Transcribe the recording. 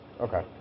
Okay